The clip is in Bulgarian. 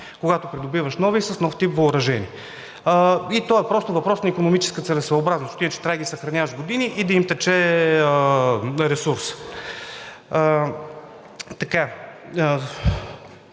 когато придобиваш нова и с нов тип въоръжение, и то е просто въпрос на икономическа целесъобразност, защото иначе трябва да ги съхраняваш години и да им тече ресурс.